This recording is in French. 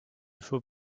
faut